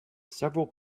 several